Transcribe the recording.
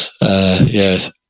Yes